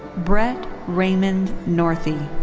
brett raymond northey.